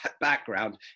background